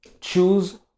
choose